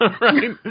Right